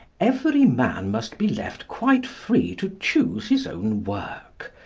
every man must be left quite free to choose his own work.